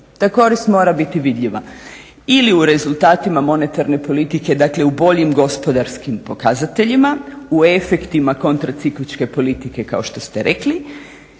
korist mora biti vidljiva ili u rezultatima monetarne politike, dakle u boljim gospodarskim pokazateljima, u efektima kontracikličke politike kao što ste rekli